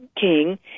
king